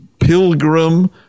Pilgrim